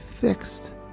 fixed